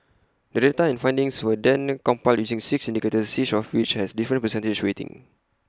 the data and findings were then compiled using six indicators each of which has A different percentage weighting